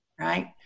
Right